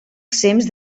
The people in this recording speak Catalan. exempts